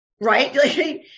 right